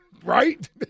right